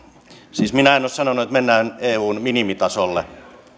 siis minä en ole sanonut että mennään eun minimitasolle